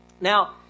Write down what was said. Now